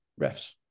refs